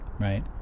right